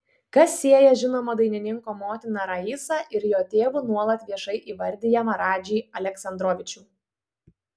kas sieja žinomo dainininko motiną raisą ir jo tėvu nuolat viešai įvardijamą radžį aleksandrovičių